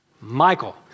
Michael